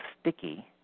sticky